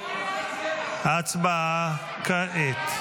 ההצבעה כעת.